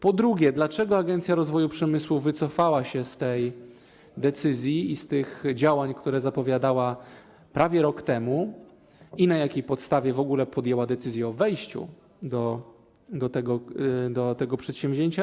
Po drugie: Dlaczego Agencja Rozwoju Przemysłu wycofała się z tej decyzji i z tych działań, które zapowiadała prawie rok temu, i na jakiej podstawie w ogóle podjęła decyzję o wejściu do tego przedsięwzięcia?